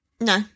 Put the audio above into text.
No